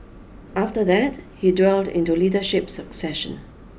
after that he dwelled into leadership succession